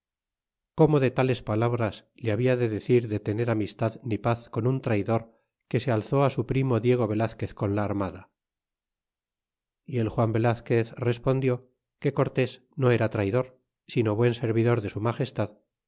cómo que tales palabras le habla de decir de tener amistad ni paz con un traydor que se alzó su primo diego velazquez con la armada y el juan velazquez respondió que cortés no era traydor sino buen servidor de su magestad